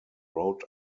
road